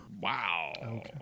Wow